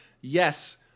Yes